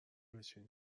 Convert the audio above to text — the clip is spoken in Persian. بچینی